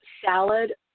salad